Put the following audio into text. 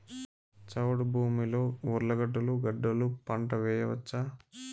చౌడు భూమిలో ఉర్లగడ్డలు గడ్డలు పంట వేయచ్చా?